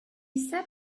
set